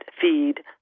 feed